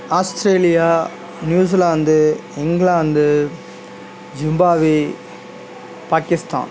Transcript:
Australia New Zealand England Zimbabwe Pakistan